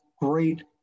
great